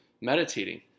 meditating